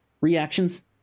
reactions